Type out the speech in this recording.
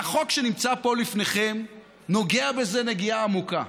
והחוק שנמצא פה לפניכם נוגע בזה נגיעה עמוקה.